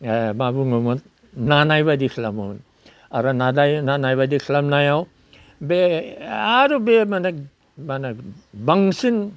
मा बुङोमोन नानायबायदि खालामोमोन आरो नाजायै बा नायैबायदि खालामनायाव बे आरो बे माने माहोनो बांसिन